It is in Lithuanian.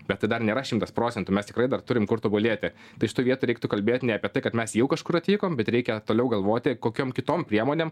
bet tai dar nėra šimtas procentų mes tikrai dar turim kur tobulėti tai šitoj vietoj reiktų kalbėt ne apie tai kad mes jau kažkur atvykom bet reikia toliau galvoti kokiom kitom priemonėm